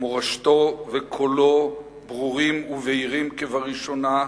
ומורשתו וקולו ברורים ובהירים כבראשונה,